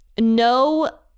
no